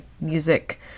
music